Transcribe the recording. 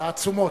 תעצומות.